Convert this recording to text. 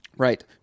Right